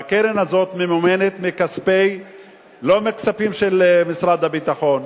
והקרן הזאת ממומנת לא מכספים של משרד הביטחון,